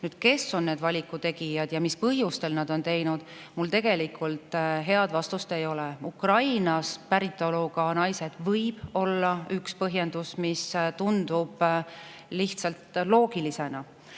Nüüd, kes on need valiku tegijad ja mis põhjustel nad on seda teinud, sellele mul tegelikult head vastust ei ole. Ukraina päritoluga naised võib olla üks põhjendus. See tundub lihtsalt loogilisena,